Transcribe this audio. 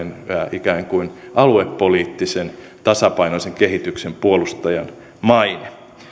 ikään kuin tasapainoisen aluepoliittisen kehityksen puolustajan maine